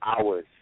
hours